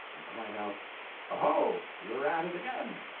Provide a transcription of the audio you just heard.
and cried out oho, you're at it again!